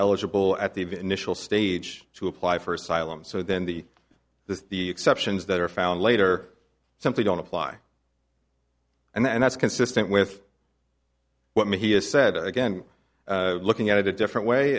eligible at the initial stage to apply for asylum so then the the the exceptions that are found later simply don't apply and that's consistent with what he has said again looking at it a different way